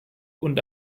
und